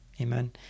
Amen